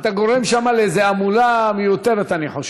אתה גורם שם להמולה מיותרת, אני חושב.